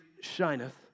shineth